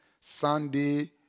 Sunday